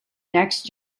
next